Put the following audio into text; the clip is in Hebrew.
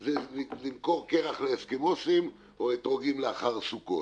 זה למכור קרח לאסקימואים או אתרוגים לאחר סוכות.